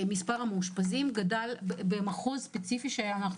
מספר המאושפזים גדל במחוז ספציפי שאנחנו